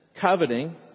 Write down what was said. coveting